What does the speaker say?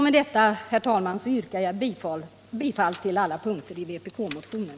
Med detta, herr talman, yrkar jag bifall till alla punkter i vpk-motionen.